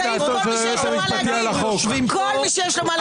אתה עבד כי ימלוך, פשוט עבד כי ימלוך.